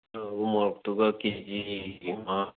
ꯎ ꯃꯣꯔꯣꯛꯇꯨꯒ ꯀꯦꯖꯤ ꯃꯉꯥ